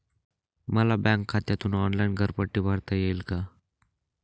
मला बँक खात्यातून ऑनलाइन घरपट्टी भरता येईल का?